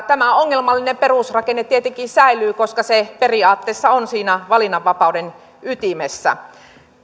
tämä ongelmallinen perusrakenne tietenkin säilyy koska se periaatteessa on siinä valinnanvapauden ytimessä